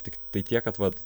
tiktai tiek kad vat